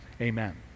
amen